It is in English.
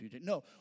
No